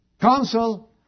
Council